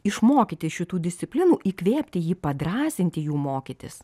išmokyti šitų disciplinų įkvėpti jį padrąsinti jų mokytis